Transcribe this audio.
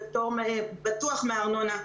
בפטור מארנונה.